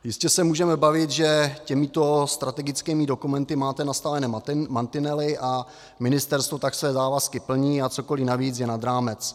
Jistě se můžeme bavit, že těmito strategickými dokumenty máte nastavené mantinely, a ministerstvo tak své závazky plní a cokoli navíc je nad rámec.